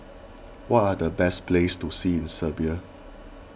what are the best places to see in Serbia